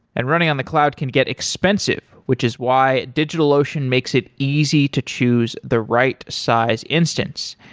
and running on the cloud can get expensive, which is why digitalocean makes it easy to choose the right size instance.